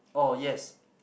oh yes